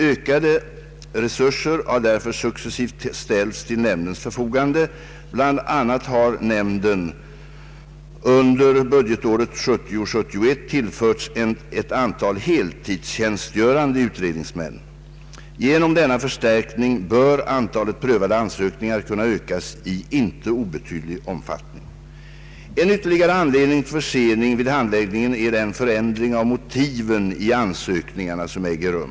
Ökade resurser har därför successivt ställts till nämndens förfogande. Bl. a. har nämnden under budgetåret 1970/71 tillförts ett antal heltidstjänstgörande utredningsmän. Genom denna förstärkning bör antalet prövade ansökningar kunna ökas i inte obetydlig omfattning. En ytterligare anledning till försening vid handläggningen är den förändring av motiven i ansökningarna som äger rum.